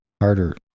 harder